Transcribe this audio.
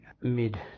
mid